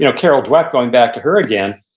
you know carol dweck, going back to her again,